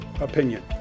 opinion